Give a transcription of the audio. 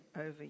over